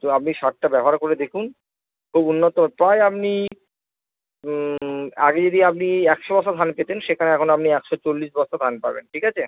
তো আপনি সারটা ব্যবহার করে দেখুন খুব উন্নত প্রায় আপনি আগে যদি আপনি একশো বস্তা ধান পেতেন সেখানে এখন আপনি একশো চল্লিশ বস্তা ধান পাবেন ঠিক আছে